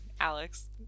Alex